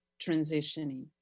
transitioning